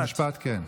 המשפט, כן.